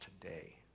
today